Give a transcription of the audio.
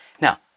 Now